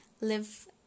live